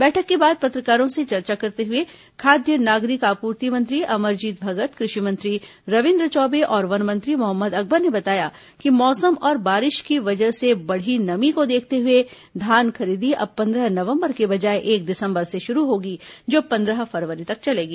बैठक के बाद पत्रकारों से चर्चा करते हुए खाद्य नागरिक आपूर्ति मंत्री अमरजीत भगत कृषि मंत्री रविन्द्र चौबे और वन मंत्री मोहम्मद अकबर ने बताया कि मौसम और बारिश की वजह से बढ़ी नमी को देखते हुए धान खरीदी अब पंद्रह नवंबर के बजाए एक दिसंबर से शुरू होगी जो पंद्रह फरवरी तक चलेगी